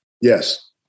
yes